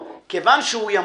כיוון שהוא ימות,